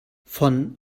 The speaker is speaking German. von